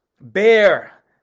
bear